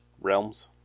realms